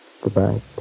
Goodbye